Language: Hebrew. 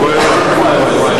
כהצעת הוועדה,